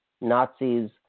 Nazis